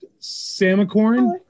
Samacorn